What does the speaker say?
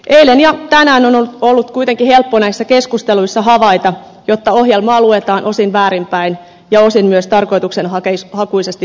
eilen ja tänään on ollut kuitenkin helppo näissä keskusteluissa havaita että ohjelmaa luetaan osin väärinpäin ja osin myös tarkoitushakuisesti väärin ymmärtäen